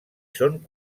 són